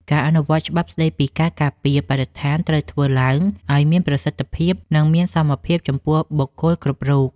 ការអនុវត្តច្បាប់ស្តីពីការការពារបរិស្ថានត្រូវធ្វើឡើងឱ្យមានប្រសិទ្ធភាព និងមានសមភាពចំពោះបុគ្គលគ្រប់រូប។